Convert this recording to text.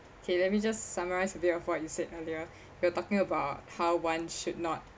okay let me just summarize a bit of what you said earlier we were talking about how one should not